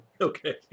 Okay